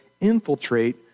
infiltrate